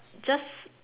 just